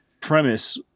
premise